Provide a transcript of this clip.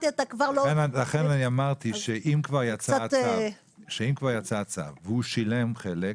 לכן אמרתי שאם כבר יצא הצו והוא שילם חלק,